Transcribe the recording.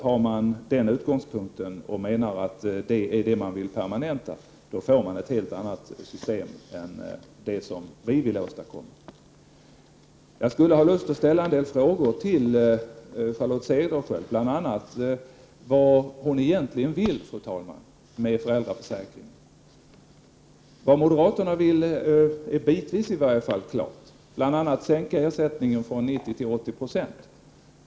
Har man den utgångspunkten och menar att det är det man vill permanenta är det klart att man får ett helt annat system än det som vi vill åstadkomma. Jag skulle, fru talman, ha lust att ställa en del frågor till Charlotte Cederschiöld, bl.a. om vad hon egentligen vill med föräldraförsäkringen. Vad moderaterna vill är i varje fall bitvis klart. De vill bl.a. sänka ersättningen från 90 96 till 80 26.